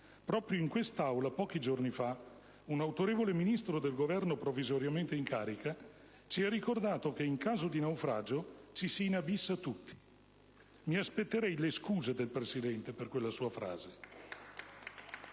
Proprio in quest'Aula, pochi giorni fa, un autorevole Ministro del Governo provvisoriamente in carica ci ha ricordato che, in caso di naufragio, ci si inabissa tutti. Mi aspetterei le scuse del Presidente per quella sua frase.